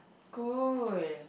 cool